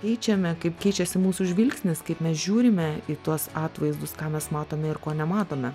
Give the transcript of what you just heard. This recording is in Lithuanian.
keičiame kaip keičiasi mūsų žvilgsnis kaip mes žiūrime į tuos atvaizdus ką mes matome ir ko nematome